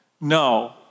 No